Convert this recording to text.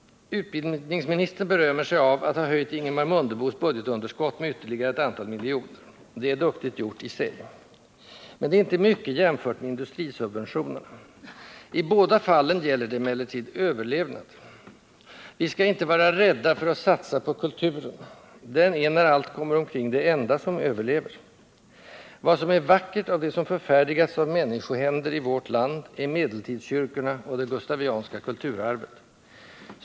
Utbildningsministern berömmer sig av att ha höjt Ingemar Mundebos budgetunderskott med ytterligare ett antal miljoner. Det är duktigt gjort, i sig. Men det är inte mycket jämfört med industrisubventionerna. I båda fallen gäller det emellertid överlevnad. Vi skall inte vara rädda för att satsa på kulturen. Den är, när allt kommer omkring, det enda som överlever. Vad som är vackert av det som förfärdigats av människohänder i vårt land är medeltidskyrkorna och det gustavianska kulturarvet.